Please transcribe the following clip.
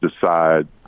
decide